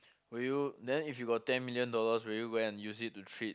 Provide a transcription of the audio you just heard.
will you then if you got ten million dollars will you go and use it to treat